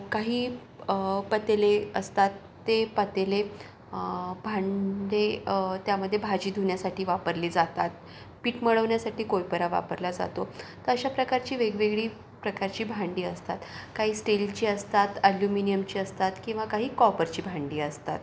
काही पातेले असतात ते पातेले भांडे त्यामध्ये भाजी धुण्यासाठी वापरली जातात पीठ मळण्यासाठी कोळपरा वापरला जातो तर अशा प्रकारची वेगवेगळी प्रकारची भांडी असतात काही स्टीलची असतात अल्युमिनीयमची असतात किंवा काही कॉपरची भांडी असतात